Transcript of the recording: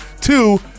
Two